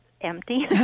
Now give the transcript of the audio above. empty